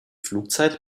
flugzeit